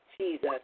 Jesus